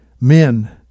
men